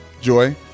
Joy